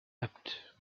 wept